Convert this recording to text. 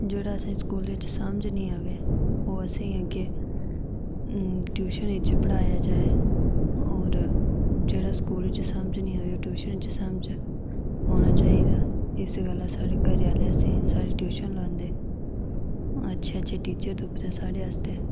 जेह्ड़ा असें ई स्कूल बिच समझ निं अवे ओह् असेंई अग्गै ट्यूशन बिच पढ़ा और जेह्ड़ा स्कूल बिच समझ निं आए ट्यूशन च समझ आना चाहिदा इस्सै गल्लै साढ़े घरै असेंगी साढ़ी ट्यूशन लांदी अच्छे अच्छे टीचर तुप्पदे साढ़े आस्तै